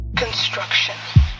Construction